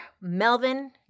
Melvin